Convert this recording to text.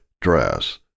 dress